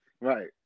Right